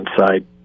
inside